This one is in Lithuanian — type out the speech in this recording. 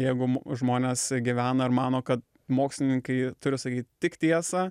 jeigu mo žmonės gyvena ir mano kad mokslininkai turi sakyt tik tiesą